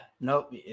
Nope